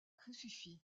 crucifix